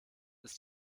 ist